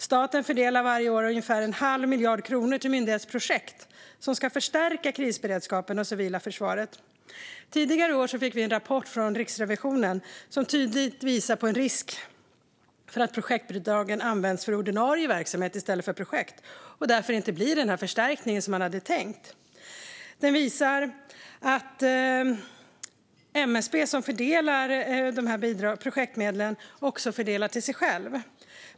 Staten fördelar varje år ungefär en halv miljard kronor till myndighetsprojekt som ska förstärka krisberedskapen och det civila försvaret. Tidigare i år fick vi en rapport från Riksrevisionen som tydligt visar på en risk för att projektbidragen används för ordinarie verksamhet i stället för projekt och därför inte blir den förstärkning som var tänkt. Rapporten visar att MSB, som fördelar projektmedlen, också fördelar medel till sig själv.